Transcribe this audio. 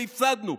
והפסדנו.